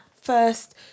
first